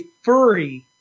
furry